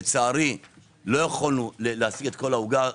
לצערי לא יכולנו להשיג את כל העוגה.